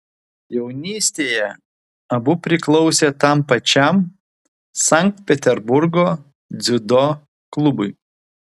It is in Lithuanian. jaunystėje abu priklausė tam pačiam sankt peterburgo dziudo klubui